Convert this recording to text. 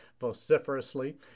vociferously